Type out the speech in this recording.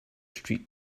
street